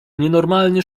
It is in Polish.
nienormalnie